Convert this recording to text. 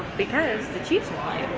because the chiefs